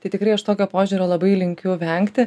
tai tikrai aš tokio požiūrio labai linkiu vengti